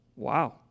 Wow